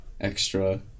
extra